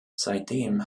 seitdem